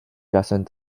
personne